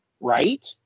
right